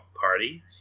party